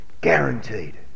guaranteed